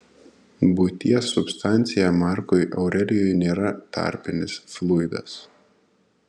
būties substancija markui aurelijui nėra tarpinis fluidas